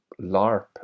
larp